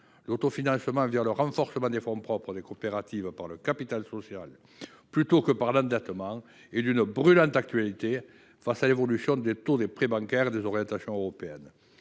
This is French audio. L’autofinancement le renforcement des fonds propres des coopératives par le capital social plutôt que par l’endettement est d’une brûlante actualité face à l’évolution des taux des prêts bancaires et des orientations européennes.